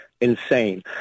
insane